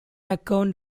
account